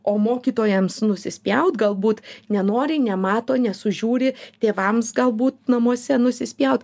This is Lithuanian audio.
o mokytojams nusispjaut galbūt nenori nemato nesužiūri tėvams galbūt namuose nusispjaut